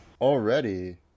Already